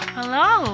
Hello